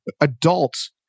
adults